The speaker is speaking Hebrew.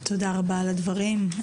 תודה רבה על הדברים,